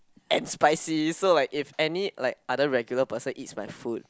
and spicy so like if any like other regular person eats my food